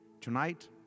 Tonight